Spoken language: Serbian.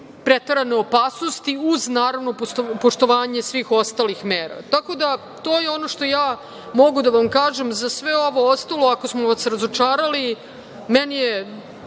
preterane opasnosti uz naravno poštovanje svih ostalih mera. Tako da je to ono što ja mogu da vam kažem, a za sve ovo ostalo ako smo vas razočarali, meni